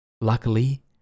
Luckily